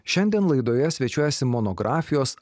šiandien laidoje svečiuojasi monografijos